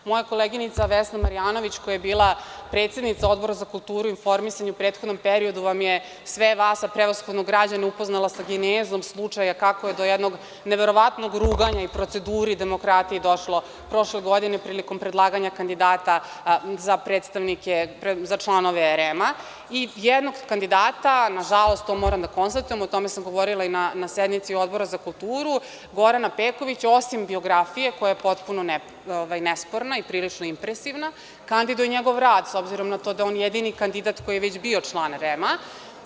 Moja koleginica Vesna Marjanović, koja je bila predsednica Odbora za kulturu i informisanje u prethodnom periodu je sve vas, a prevashodno građane, upoznala genezom slučaja kako je do jednog neverovatnog ruganja i proceduri demokratije došlo prošle godine prilikom predlaganja kandidata za članove REM-a i jednog kandidata, nažalost, to moram da konstatujem, o tome sam govorila i na sednici Odbora za kulturu, Gorana Pekovića, osim biografije, koja je potpuno nesporna i prilično impresivna, kandiduje njegov rad, s obzirom na to da je on jedini kandidat koji je već bio član REM-a.